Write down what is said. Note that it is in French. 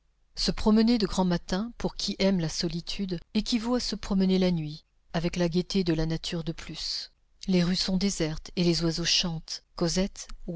se promener de grand matin pour qui aime la solitude équivaut à se promener la nuit avec la gaîté de la nature de plus les rues sont désertes et les oiseaux chantent cosette